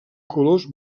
colors